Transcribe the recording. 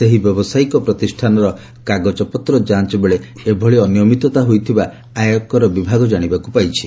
ସେହି ବ୍ୟବସାୟୀକ ପ୍ରତିଷ୍ଠାନର କାଗଜପତ୍ର ଯାଞ୍ଚ ବେଳେ ଏଭଳି ଅନିୟମିତତା ହୋଇଥିବା ଆୟକର ବିଭାଗ ଜାଣିବାକୁ ପାଇଛି